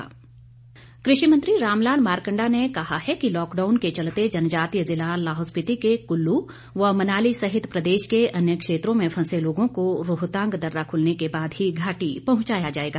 मारकंडा कृषि मंत्री रामलाल मारकंडा ने कहा है कि लॉकडाउन के चलते जनजातीय जिला लाहौल स्पीति के कुल्लू व मनाली सहित प्रदेश के अन्य क्षेत्रों में फंसे लोगों को रोहतांग दर्रा खुलने के बाद ही घाटी में पहुंचाया जाएगा